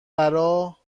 برا